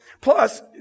Plus